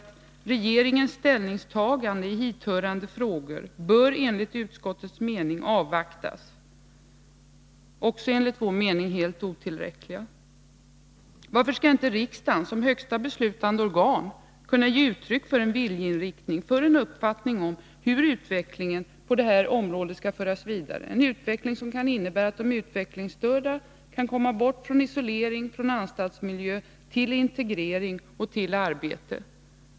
Det heter där: ”Regeringens ställningstagande i hithörande frågor bör enligt utskottets mening avvaktas.” Varför skall inte riksdagen som högsta beslutande organ kunna ge uttryck för en viljeinriktning, för en uppfattning, om hur utvecklingen på detta område skall föras vidare, en utveckling som kan innebära att de utvecklingsstörda kommer bort från isolering och anstaltsmiljö till integrering och arbete?